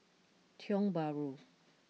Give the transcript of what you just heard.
Tiong Bahru